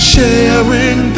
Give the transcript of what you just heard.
Sharing